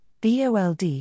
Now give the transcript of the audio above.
BOLD